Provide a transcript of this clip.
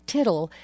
Tittle